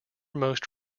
most